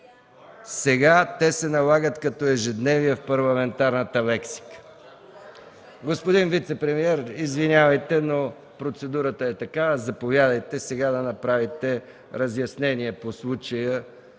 Сега те се налагат като ежедневие в парламентарната лексика. Господин вицепремиер, извинявайте, но процедурата е такава. Заповядайте сега да направите разяснение по случая